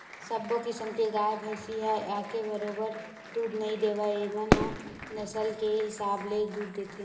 सब्बो किसम के गाय, भइसी ह एके बरोबर दूद नइ देवय एमन ह नसल के हिसाब ले दूद देथे